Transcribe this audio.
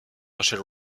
rachel